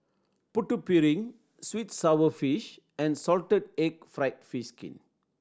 Putu Piring sweet and sour fish and salted egg fried fish skin